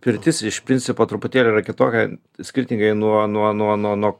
pirtis iš principo truputėlį yra kitokia skirtingai nuo nuo nuo nuo nuo